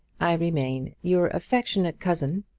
i remain your affectionate cousin,